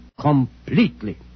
completely